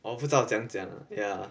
我不知道怎样讲 ya